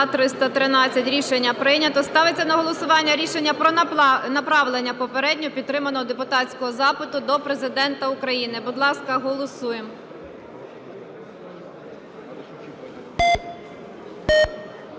За-313 Рішення прийнято. Ставиться на голосування рішення про направлення попередньо підтриманого депутатського запиту до Президента України. Будь ласка, голосуємо.